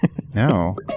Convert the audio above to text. No